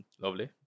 lovely